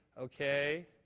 Okay